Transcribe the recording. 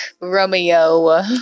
Romeo